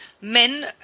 men